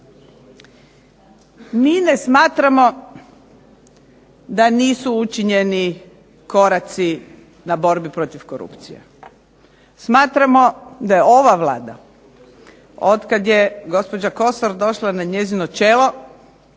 Mi ne smatramo da nisu učinjeni koraci na borbi protiv korupcije. Smatramo da je ova Vlada otkad je gospođa Kosor došla na njezino čelo,